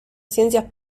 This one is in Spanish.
ciencias